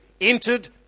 entered